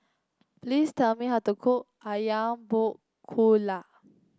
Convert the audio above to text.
please tell me how to cook ayam Buah Keluak